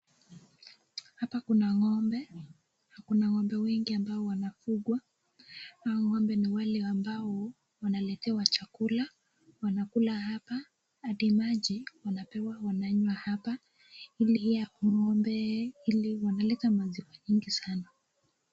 Hapa kuna ng'ombe na kuna ng'ombe wengi ambao wanafugwa. Hao ng'ombe ni wale ambao wanaletewa chakula wanakula hapa, hadi maji wanapewa wananywa hapa. Hili ng'ombe ili wanaleta maziwa nyingi sana